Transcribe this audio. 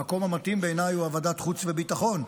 המקום המתאים בעיניי הוא ועדת חוץ וביטחון.